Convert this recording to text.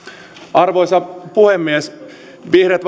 arvoisa puhemies vihreät